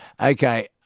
Okay